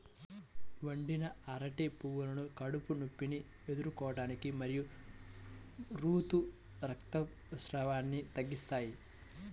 వండిన అరటి పువ్వులు కడుపు నొప్పిని ఎదుర్కోవటానికి మరియు ఋతు రక్తస్రావాన్ని తగ్గిస్తాయి